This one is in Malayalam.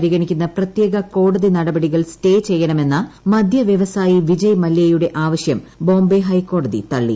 പരിഗണിക്കുന്ന പ്രത്യേക കോടതി നടപടികൾ സ്റ്റേ ചെയ്യണമെന്ന മദ്യ വൃവസായി വിജയ് മല്ല്യയുടെ ആവശൃം ബോംബെ ഹൈക്കോടതി തള്ളി